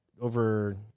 over